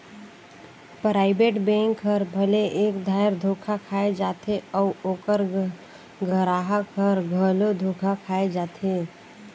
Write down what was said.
private bank हर भले एक धाएर धोखा खाए जाथे अउ ओकर गराहक हर घलो धोखा खाए जाथे